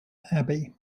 abbey